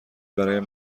برایم